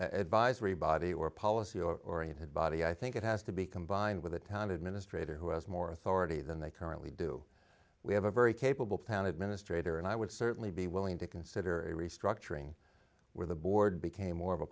advisory body or policy oriented body i think it has to be combined with a time administrator who has more authority than they currently do we have a very capable plan administrator and i would certainly be willing to consider restructuring where the board became more of a